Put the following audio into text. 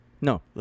no